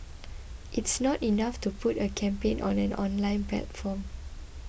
it's not enough to put a campaign on an online platform